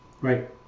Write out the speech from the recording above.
Right